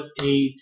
eight